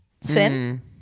sin